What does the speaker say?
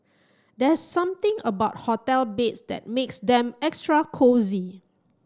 there's something about hotel beds that makes them extra cosy